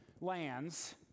lands